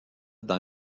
dans